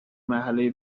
مرحله